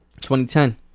2010